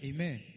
Amen